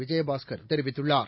விஜயபாஸ்கர் தெரிவித்துள்ளார்